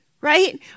Right